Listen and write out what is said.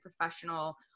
professional